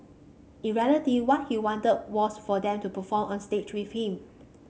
in reality what he wanted was for them to perform on stage with him